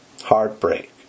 heartbreak